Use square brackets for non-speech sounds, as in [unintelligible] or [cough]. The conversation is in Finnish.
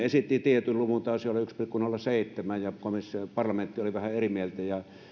[unintelligible] esitti tietyn luvun taisi olla yksi pilkku nolla seitsemän ja komissio ja parlamentti olivat vähän eri mieltä